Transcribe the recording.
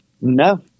No